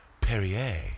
Perrier